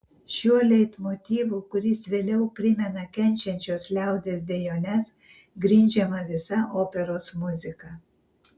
šiuo leitmotyvu kuris vėliau primena kenčiančios liaudies dejones grindžiama visa operos muzika